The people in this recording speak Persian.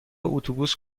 اتوبوس